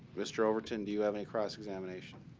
mr. overton, do you have any cross-examination?